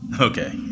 Okay